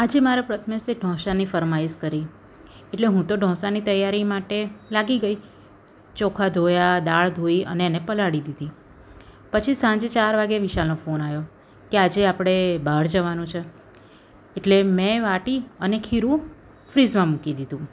આજે મારા પ્રથમેશે ઢોસાની ફરમાઈશ કરી એટલે હું તો ઢોસાની તૈયારી માટે લાગી ગઈ ચોખા ધોયા દાળ ધોઇ અને એને પલાળી દીધી પછી સાંજે ચાર વાગે વિશાલનો ફોન આવ્યો કે આજે આપણે બહાર જવાનું છે એટલે મેં વાટી અને ખીરું ફ્રીજમાં મૂકી દીધું